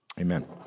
Amen